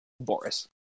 Boris